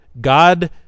God